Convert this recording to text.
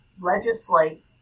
legislate